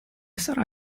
sarà